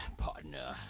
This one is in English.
partner